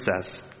says